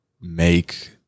make